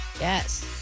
Yes